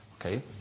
Okay